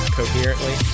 coherently